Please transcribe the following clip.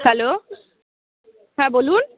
hello হ্যাঁ বলুন